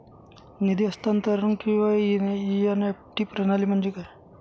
निधी हस्तांतरण किंवा एन.ई.एफ.टी प्रणाली म्हणजे काय?